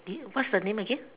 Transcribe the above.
the what's the name again